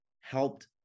helped